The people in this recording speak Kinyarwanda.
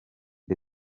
the